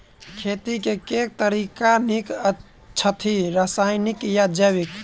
खेती केँ के तरीका नीक छथि, रासायनिक या जैविक?